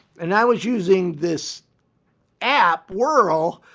and i was using this app, world,